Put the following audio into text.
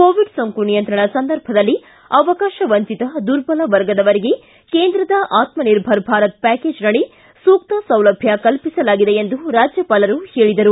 Covid ಸೋಂಕು ನಿಯಂತ್ರಣ ಸಂದರ್ಭದಲ್ಲಿ ಅವಕಾಶ ವಂಚಿತ ದುರ್ಬಲ ವರ್ಗದವರಿಗೆ ಕೇಂದ್ರದ ಆತ್ಮ ನಿರ್ಭರ್ ಭಾರತ್ ಪ್ಯಾಕೇಜ್ನಡಿ ಸೂಕ್ತ ಸೌಲಭ್ಯ ಕಲ್ಪಿಸಲಾಗಿದೆ ಎಂದು ರಾಜ್ಯಪಾಲರು ಹೇಳಿದರು